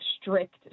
strict